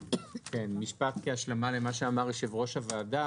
משפט כהשלמה למה שאמר יושב-ראש הוועדה.